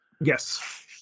Yes